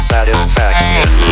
Satisfaction